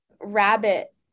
rabbit